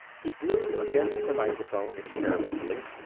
he blew against the microphone experimentally.